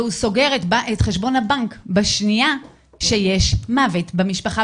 והוא סוגר את חשבון הבנק בשנייה שיש מוות במשפחה,